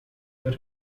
the